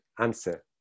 answer